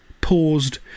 paused